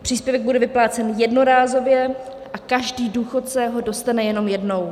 Příspěvek bude vyplácen jednorázově, každý důchodce ho dostane jenom jednou.